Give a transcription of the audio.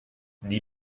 die